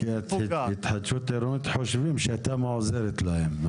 היא פוגעת --- כי התחדשות עירונית חושבים שתמ"א עוזרת להם.